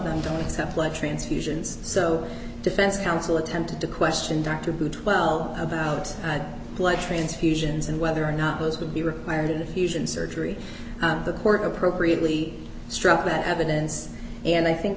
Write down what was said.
them don't accept blood transfusions so defense counsel attempted to question dr who twelve about blood transfusions and whether or not those would be required in a fusion surgery the court appropriately struck that evidence and i think